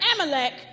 Amalek